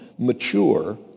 mature